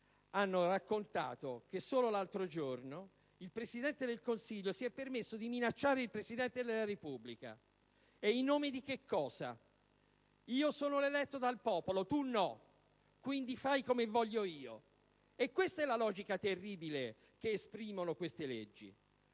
hanno raccontato che solo l'altro giorno il Presidente del Consiglio si è permesso di minacciare il Presidente della Repubblica: in nome di che cosa? Io sono eletto dal popolo, tu no, quindi fai come voglio io: questa la logica terribile che esprimono tali leggi.